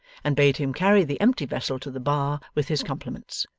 and bade him carry the empty vessel to the bar with his compliments,